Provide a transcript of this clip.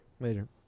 Later